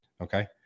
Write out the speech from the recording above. okay